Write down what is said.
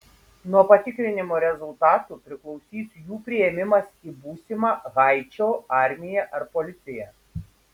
nuo patikrinimo rezultatų priklausys jų priėmimas į būsimą haičio armiją ar policiją